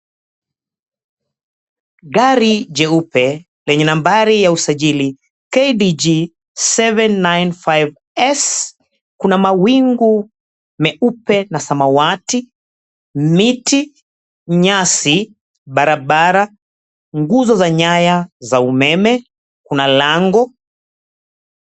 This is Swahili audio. Gari jeupe, lenye nambari ya usajili KDG 795S. Kuna mawingu meupe na samawati, miti, nyasi, barabara, nguzo za nyaya za umeme, kuna lango.